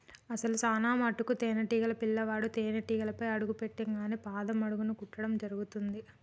అసలు చానా మటుకు తేనీటీగ పిల్లవాడు తేనేటీగపై అడుగు పెట్టింగానే పాదం అడుగున కుట్టడం జరుగుతుంది